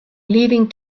leaving